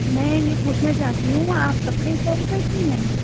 میں یہ پوچھنا چاہتی ہوں آپ کپڑے سیل کرتی ہیں